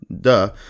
duh